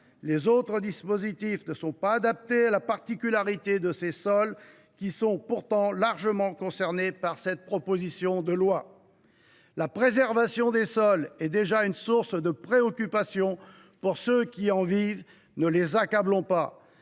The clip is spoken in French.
Les autres dispositifs ne sont pas adaptés à la particularité de ces sols, qui sont pourtant largement concernés par cette proposition de loi. La préservation des sols est déjà une source de préoccupation pour ceux qui en vivent. Ne les accablons pas